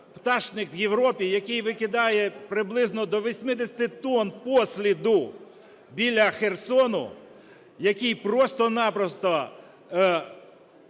пташник в Європі, який викидає приблизно до 80 тонн посліду біля Херсона, який просто-напросто